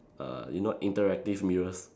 err you know interactive mirrors